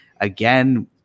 Again